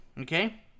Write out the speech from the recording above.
okay